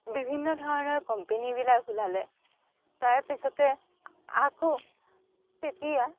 বিভিন্ন ধৰণৰ কোম্পেনীবিলাক ওলালে তাৰপিছতে আকৌ তেতিয়া